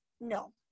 No